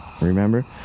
Remember